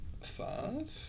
five